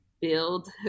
build